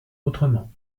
autrement